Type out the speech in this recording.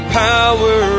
power